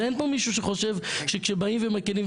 אין פה מישהו שחושב שכשבאים ומקלים,